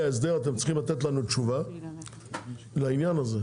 הסדר אתם צריכים לתת לנו תשובה לעניין הזה.